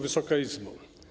Wysoka Izbo!